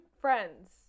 friends